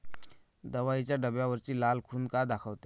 दवाईच्या डब्यावरची लाल खून का दाखवते?